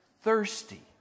thirsty